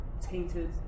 tainted